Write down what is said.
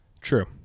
True